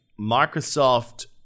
microsoft